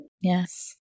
yes